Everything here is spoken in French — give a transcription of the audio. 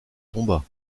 tomba